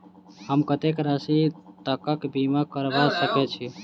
हम कत्तेक राशि तकक बीमा करबा सकै छी?